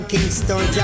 Kingston